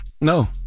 No